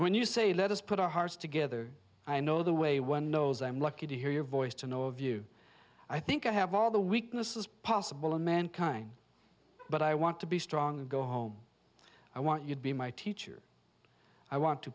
when you say let us put our hearts together i know the way one knows i am lucky to hear your voice to know of you i think i have all the weaknesses possible in mankind but i want to be strong and go home i want you to be my teacher i want to